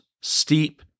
steep